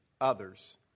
others